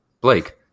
Blake